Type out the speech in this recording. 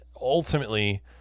ultimately